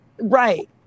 Right